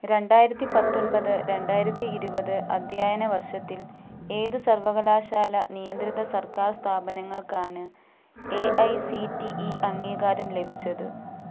രണ്ടായിരത്തി പത്തൊൻപത് രണ്ടായിരത്തി ഇരുപത് അദ്ധ്യായന വർഷത്തിൽ ഏത് സർവകലാശാല നിയന്ത്രിത സർക്കാർ സ്ഥാപനങ്ങൾക്കാണ് A I C T E അംഗീകാരം ലഭിച്ചത്